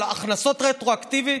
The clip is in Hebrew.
על ההכנסות רטרואקטיבית.